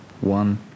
one